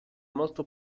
molto